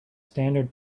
standard